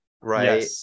right